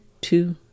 two